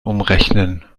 umrechnen